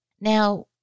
Now